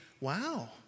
wow